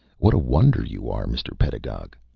what a wonder you are, mr. pedagog!